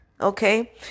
Okay